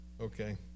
Okay